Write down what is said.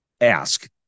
Ask